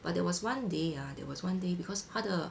but there was one day ah there was one day because 她的